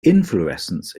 inflorescence